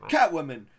Catwoman